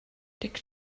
dic